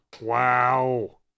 Wow